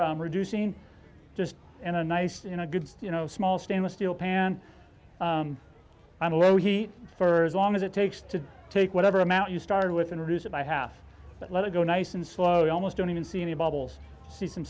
for reducing just in a nice you know good you know small stainless steel pan on a low heat for as long as it takes to take whatever amount you started with and reduce it by half but let it go nice and slow you almost don't even see any bubbles see some